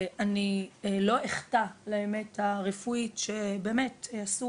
ואני לא אחטא לאמת הרפואית שבאמת עשו